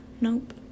nope